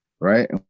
right